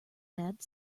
ads